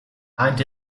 and